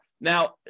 now